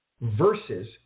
versus